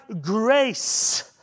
grace